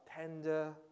Tender